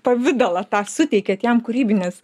pavidalą tą suteikiat jam kūrybinės